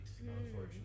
unfortunately